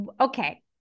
Okay